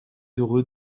heureux